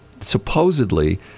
supposedly